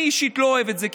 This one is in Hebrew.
אני אישית לא אוהב את זה,